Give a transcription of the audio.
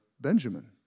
Benjamin